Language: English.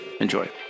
Enjoy